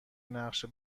نقشه